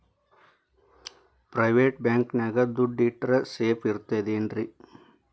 Private bank ನ್ಯಾಗ್ ದುಡ್ಡ ಇಟ್ರ ಸೇಫ್ ಇರ್ತದೇನ್ರಿ?